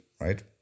right